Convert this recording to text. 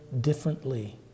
differently